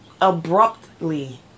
abruptly